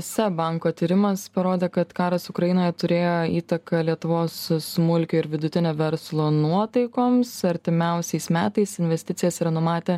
seb banko tyrimas parodė kad karas ukrainoje turėjo įtaką lietuvos smulkio ir vidutinio verslo nuotaikoms artimiausiais metais investicijas yra numatę